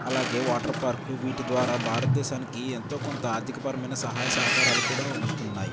అలాగే వాటర్ పార్క్లు వీటి ద్వారా భారతదేశానికి ఎంతో కొంత ఆర్థికపరమైన సహాయ సహకారాలు కూడా అందుతున్నాయి